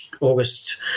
August